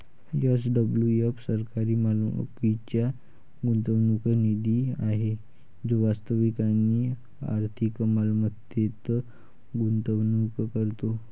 SWF सरकारी मालकीचा गुंतवणूक निधी आहे जो वास्तविक आणि आर्थिक मालमत्तेत गुंतवणूक करतो